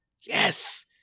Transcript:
yes